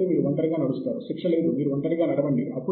గ్రంధాలయములో తనిఖీ చేయండి